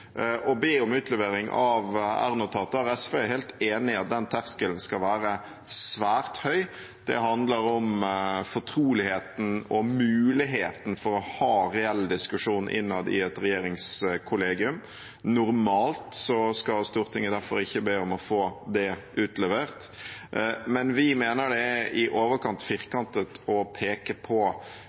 å be om utlevering av r-notater. SV er helt enig i at den terskelen skal være svært høy. Det handler om fortroligheten og muligheten for å ha reell diskusjon innad i et regjeringskollegium. Normalt skal Stortinget derfor ikke be om å få det utlevert. Men vi mener det er i overkant firkantet å peke på